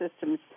systems